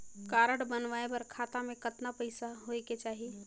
Card बनवाय बर खाता मे कतना पईसा होएक चाही?